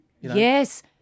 Yes